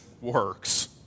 works